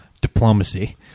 Diplomacy